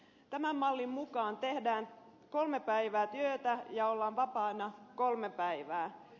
tämän mallin mukaan tehdään kolme päivää työtä ja ollaan vapaana kolme päivää